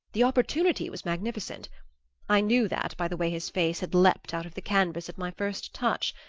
the opportunity was magnificent i knew that by the way his face had leapt out of the canvas at my first touch.